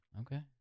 Okay